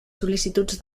sol·licituds